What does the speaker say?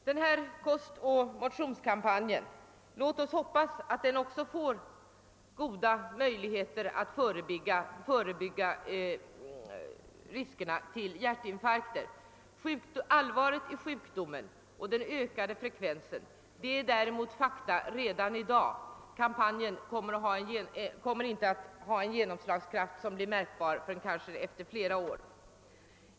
Låt oss emellertid hoppas att denna kostoch motionskampanj skall kunna förebygga riskerna för hjärtinfarkter. Men allvaret i sjukdomen och den ökade frekvensen är redan i dag fakta, och kampanjens genomslagskraft kommer inte att bli märkbar förrän om flera år.